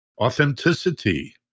authenticity